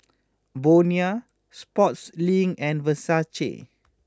Bonia Sportslink and Versace